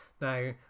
Now